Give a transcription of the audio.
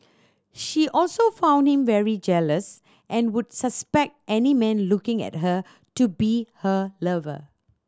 she also found him very jealous and would suspect any man looking at her to be her lover